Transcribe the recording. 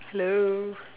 hello